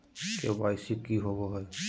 KYC की होबो है?